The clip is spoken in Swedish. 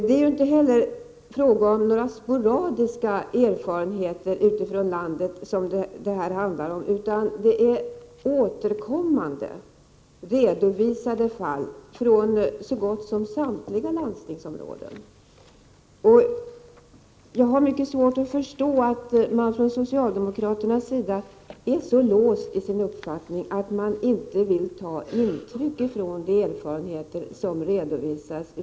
Det är ju inte fråga om sporadiska erfarenheter från olika delar av landet, utan det handlar om återkommande redovisningar från så gott som samtliga landstingsområden. Jag har mycket svårt att förstå att socialdemokraterna är så låsta i sin uppfattning att de inte vill ta till sig de erfarenheter som 21 redovisas.